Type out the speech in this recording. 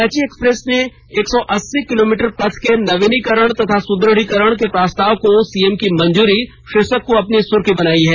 Ranchi Express ने एक सौ अस्सी किलोमीटर पथ के नवीकरण तथा सुदृढ़ीकरण के प्रस्ताव को सीएम की मंजूरी शीर्षक को अपनी सुर्खी बनायी है